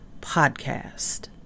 podcast